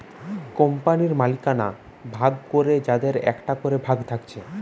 কোম্পানির মালিকানা ভাগ করে যাদের একটা করে ভাগ থাকছে